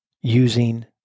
using